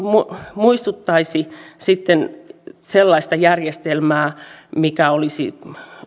muistuttaisi sellaista järjestelmää mikä olisi